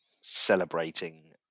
celebrating